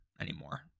anymore